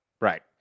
Right